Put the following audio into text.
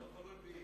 זה לא תלוי בי,